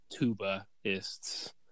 tubaists